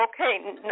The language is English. Okay